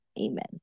Amen